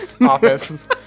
office